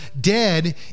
dead